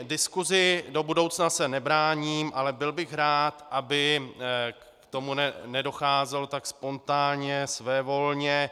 Diskusi se do budoucna nebráním, ale byl bych rád, aby k tomu nedocházelo tak spontánně, svévolně.